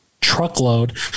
truckload